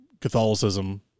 Catholicism